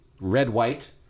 red-white